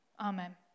Amen